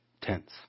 tense